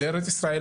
לארץ ישראל,